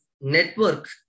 network